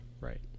Right